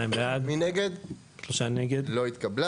הצבעה בעד, 2 נגד, 3 נמנעים, 0 הרביזיה לא התקבלה.